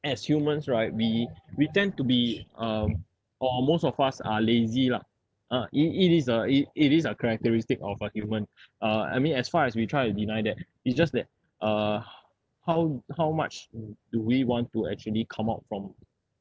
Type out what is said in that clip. as humans right we we tend to be um or most of us are lazy lah ah it it is a it it is a characteristic of a human ah I mean as far as we try to deny that it's just that uh how how much do we want to actually come out from